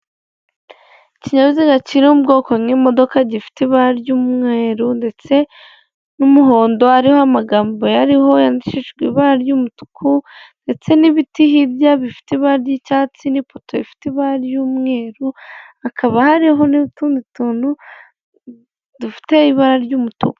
Ikinyabiziga kiri mu ubwoko nk'imodoka gifite ibara ry'umweru ndetse n'umuhondo hariho amagambo yariho yandikishijwe ibara ry'umutuku ndetse n'ibiti hirya bifite ibara ry'icyatsi n'ipoto ifite ibara ry'umweru hakaba hariho n'utundi tuntu dufite ibara ry'umutuku.